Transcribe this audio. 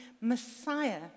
Messiah